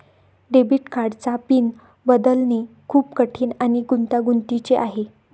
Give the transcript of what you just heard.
debit कार्डचा pin बदलणे खूप कठीण आणि गुंतागुंतीचे आहे